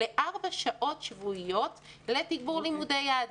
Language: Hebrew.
לארבע שעות שבועיות לתגבור לימודי יהדות.